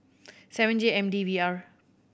seven J M D V R